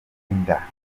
inda